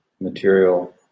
material